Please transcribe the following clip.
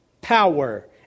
power